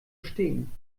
stehen